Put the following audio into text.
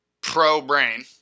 pro-brain